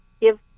give